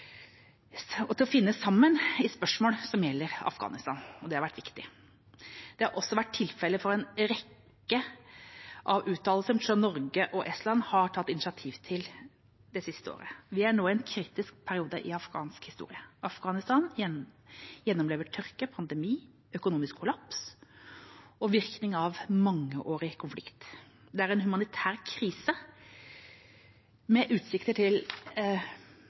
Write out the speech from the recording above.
til å finne sammen i spørsmål som gjelder Afghanistan, og det har vært viktig. Det har også vært tilfelle for en rekke uttalelser som Norge og Estland har tatt initiativ til det siste året. Vi er nå i en kritisk periode i afghansk historie. Afghanistan gjennomlever tørke, pandemi, økonomisk kollaps og virkninger av mangeårig konflikt. Det er en humanitær krise med utsikter til